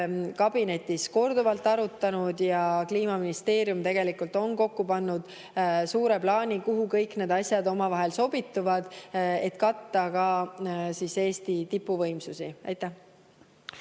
kabinetis korduvalt arutanud ja Kliimaministeerium on kokku pannud suure plaani, kuhu kõik need asjad omavahel sobituvad, et katta ka Eesti tipuvõimsusi. Aitäh!